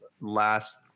last